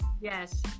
yes